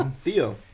Theo